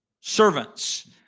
servants